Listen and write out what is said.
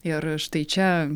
ir štai čia